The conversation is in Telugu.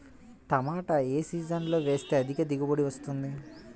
టమాటా ఏ సీజన్లో వేస్తే అధిక దిగుబడి వస్తుంది?